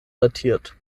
datiert